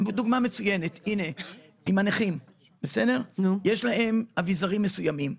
לנכים יש אביזרים מסוימים.